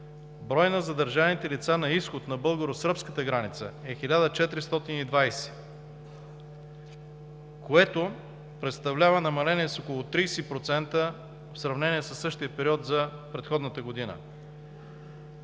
броят на задържаните лица на изход на българо-сръбската граница е 1420, което представлява намаление с около 30% в сравнение със същия период за предходната година.